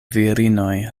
virinoj